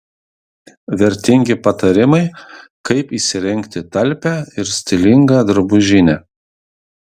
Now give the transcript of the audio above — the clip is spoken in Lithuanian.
vertingi patarimai kaip įsirengti talpią ir stilingą drabužinę